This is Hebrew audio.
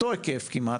אותו היקף כמעט,